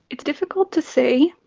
it's difficult to say.